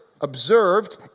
observed